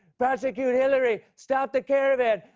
prosecute hillary! stop the caravan!